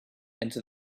into